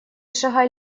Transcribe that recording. шагай